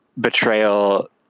betrayal